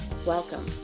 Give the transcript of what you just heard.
Welcome